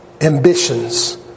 ambitions